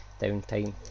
downtime